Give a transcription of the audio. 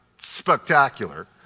spectacular